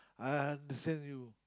I understand you